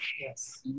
Yes